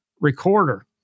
recorder